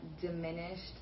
diminished